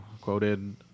Quoted